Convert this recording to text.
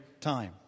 time